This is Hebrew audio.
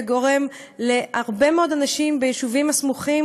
וגורם להרבה מאוד אנשים ביישובים הסמוכים,